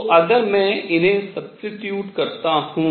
तो अगर मैं इन्हें substitute करता हूँ